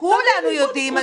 כולנו יודעים,